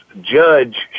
judge